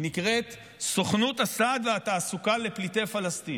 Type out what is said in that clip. היא נקראת סוכנות הסעד והתעסוקה לפליטי פלסטין.